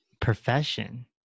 profession